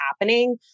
happening